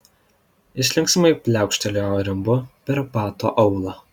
jis linksmai pliaukštelėjo rimbu per bato aulą